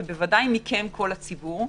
ו-וודאי מכם כל הציבור,